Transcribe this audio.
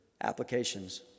applications